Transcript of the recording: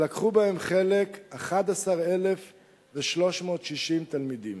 והשתתפו בהן 11,360 תלמידים.